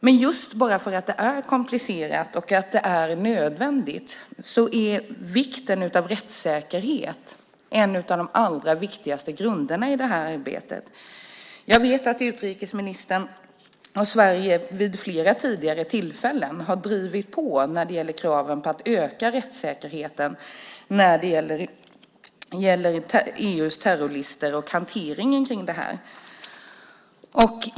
Men just för att det är komplicerat och nödvändigt är vikten av rättssäkerhet en av de allra viktigaste grunderna i det här arbetet. Jag vet att utrikesministern och Sverige vid flera tidigare tillfällen har drivit på kraven på att öka rättssäkerheten när det gäller EU:s terrorlistor och hanteringen av detta.